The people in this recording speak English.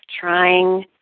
trying